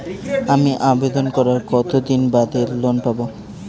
আমি আবেদন করার কতদিন বাদে লোন পাব?